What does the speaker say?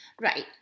right